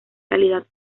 calidad